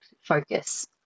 Focus